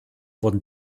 wurden